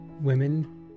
women